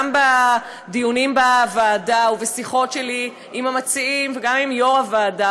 גם בדיונים בוועדה ובשיחות שלי עם המציעים וגם עם יו"ר הוועדה,